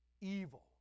evil